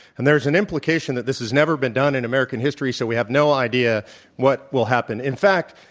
and there is an implication that this has never been done in american history so we have no idea what will happen. in fact,